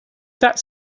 that